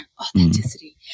Authenticity